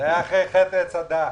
אני מבקש את ההתייחסות שלכם.